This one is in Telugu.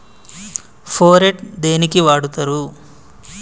ఫోరెట్ దేనికి వాడుతరు?